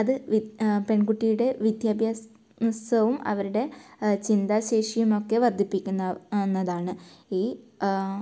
അത് പെൺകുട്ടിയുടെ വിദ്യാഭ്യാസവും അവരുടെ ചിന്താശേഷിയുമൊക്കെ വർദ്ധിപ്പിക്കുന്ന എന്നതാണ് ഈ